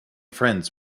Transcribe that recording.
friends